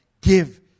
Give